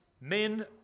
men